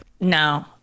No